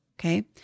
Okay